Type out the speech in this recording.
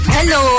Hello